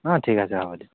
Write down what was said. অঁ ঠিক আছে হ'ব দিয়ক